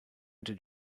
did